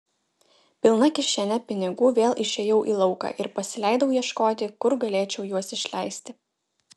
pilna kišene pinigų vėl išėjau į lauką ir pasileidau ieškoti kur galėčiau juos išleisti